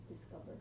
discover